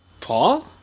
Paul